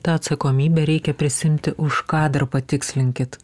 tą atsakomybę reikia prisiimti už ką dar patikslinkit